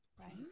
right